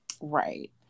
right